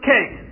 Cake